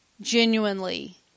genuinely